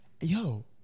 Yo